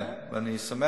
כן, ואני שמח.